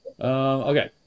Okay